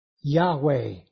Yahweh